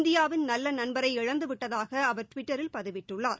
இந்தியாவின் நல்ல நண்பரை இழந்து விட்டதாக அவர் டுவிட்டரில் பதிவிட்டுள்ளார்